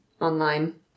online